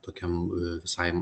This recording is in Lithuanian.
tokiem visai